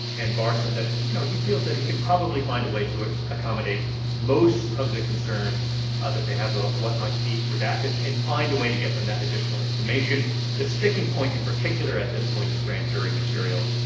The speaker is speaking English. and barr said that, you know, he feels that he can probably find a way to accommodate most of the concerns ah that they have of ah what might be redacted and and find a way to get them that additional information the sticking point in particular at this point is grand jury material.